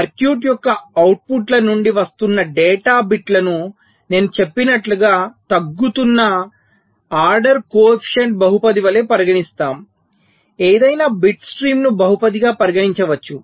circuit యొక్క అవుట్పుట్ల నుండి వస్తున్న డేటా బిట్లను నేను చెప్పినట్లుగా తగ్గుతున్న ఆర్డర్ కోఎఫీషియంట్ బహుపది వలె పరిగణిస్తాము ఏదైనా బిట్ స్ట్రీమ్ను బహుపదిగా పరిగణించవచ్చు